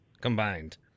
combined